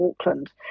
Auckland